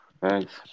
Thanks